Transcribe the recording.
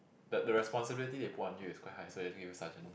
the the responsibility they put on you is quite high so they have to give you sergeant